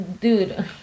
dude